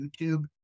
YouTube